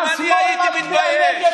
גם אני הייתי מתבייש.